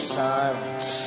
silence